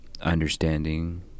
understanding